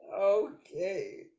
Okay